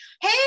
hey